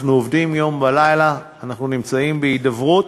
אנחנו עובדים יום ולילה, אנחנו נמצאים בהידברות,